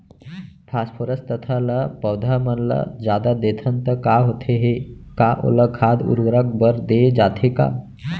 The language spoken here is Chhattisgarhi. फास्फोरस तथा ल पौधा मन ल जादा देथन त का होथे हे, का ओला खाद उर्वरक बर दे जाथे का?